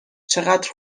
چقدر